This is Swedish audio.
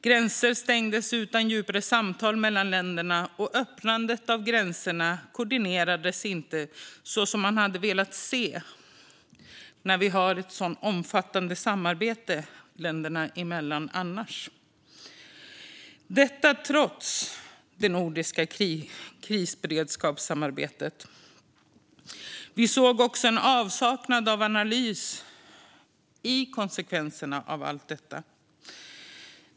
Gränser stängdes utan djupare samtal mellan länderna, och öppnandet av gränserna koordinerades inte så som man hade velat när vi har ett så omfattande samarbete länderna emellan annars. Detta skedde trots det nordiska krisberedskapssamarbetet. Vi såg en också en avsaknad av analys gällande konsekvenserna av allt detta.